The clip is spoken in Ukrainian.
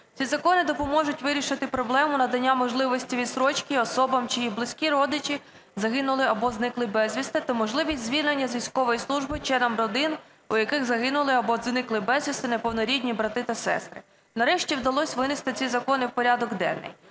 Ці закони допоможуть вирішити проблему надання можливості відстрочки особам, чиї близькі родичі загинули або зникли безвісти, та можливість звільнення з військової служби членам родин, у яких загинули або зникли безвісти неповнорідні брати та сестри. Нарешті вдалось винести ці закони в порядок денний.